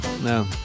No